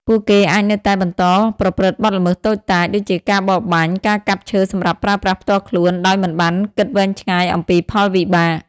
ពួកគេអាចនៅតែបន្តប្រព្រឹត្តបទល្មើសតូចតាច ដូចជាការបរបាញ់ ការកាប់ឈើសម្រាប់ប្រើប្រាស់ផ្ទាល់ខ្លួន ដោយមិនបានគិតវែងឆ្ងាយអំពីផលវិបាក។